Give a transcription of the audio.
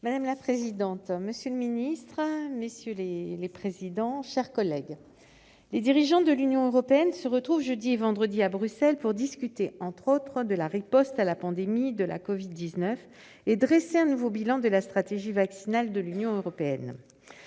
Madame la présidente, monsieur le secrétaire d'État, mes chers collègues, les dirigeants de l'Union européenne se retrouvent jeudi et vendredi à Bruxelles pour discuter, entre autres sujets, de la riposte à la pandémie de covid-19 et dresser un nouveau bilan de la stratégie vaccinale européenne.